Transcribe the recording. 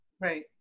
Right